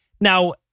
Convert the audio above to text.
Now